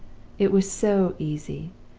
it was so easy,